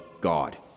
God